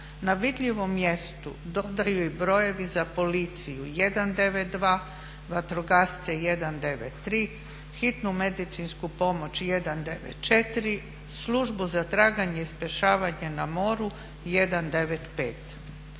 na vidljivom mjestu dodaju i brojevi za policiju 192, vatrogasce 193, hitnu medicinsku pomoć 194, službu za traganje i spašavanje na moru 195.